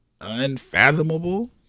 unfathomable